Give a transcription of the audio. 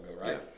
right